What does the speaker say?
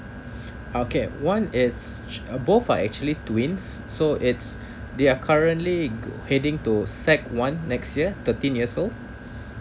okay one is s~ uh both are actually twin so it's they are currently heading to sec one next year thirteen years old